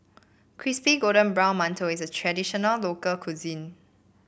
Crispy Golden Brown Mantou is a traditional local cuisine